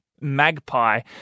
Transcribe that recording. Magpie